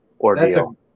ordeal